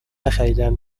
نخریدهام